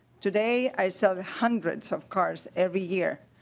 today i sold hundreds of cars every year.